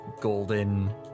golden